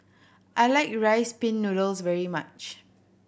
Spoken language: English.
I like Rice Pin Noodles very much